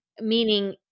meaning